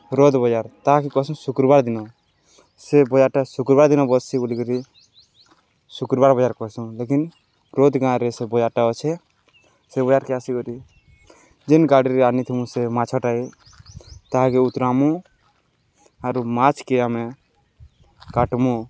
ରୋଦ୍ ବଜାର୍ ତାହାକେ କର୍ସୁଁ ଶୁକ୍ରବାର୍ ଦିନ ସେ ବଜାର୍ଟା ଶୁକ୍ରବାର୍ ଦିନ ବସ୍ସି ବଲିକରି ଶୁକ୍ରବାର୍ ବଜାର୍ କହେସୁଁ ଲେକିନ୍ ରୋଦ୍ ଗାଁରେ ସେ ବଜାର୍ଟା ଅଛେ ସେ ବଜାର୍କେ ଆସିିକରି ଯେନ୍ ଗାଡ଼ିରେ ଆନିଥିମୁ ସେ ମାଛଟାକେ ତାହାକେ ଉତ୍ରାମୁ ଆରୁ ମାଛ୍କେ ଆମେ କାଟ୍ମୁ